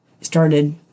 started